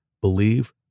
believe